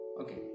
Okay